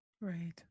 Right